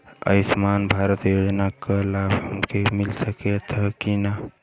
आयुष्मान भारत योजना क लाभ हमके मिल सकत ह कि ना?